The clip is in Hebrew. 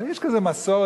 אבל יש כזו מסורת,